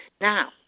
Now